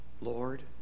Lord